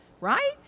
right